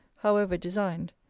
however designed.